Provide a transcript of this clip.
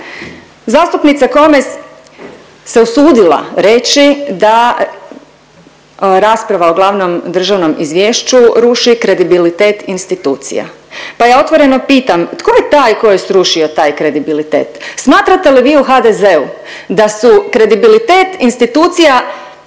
Zastupnica Komes se usudila reći da rasprava o glavnom državnom izvješću ruši kredibilitet institucija, pa ja otvoreno pitam tko je taj tko je srušio taj kredibilitet? Smatrate li vi u HDZ-u da su kredibilitet institucija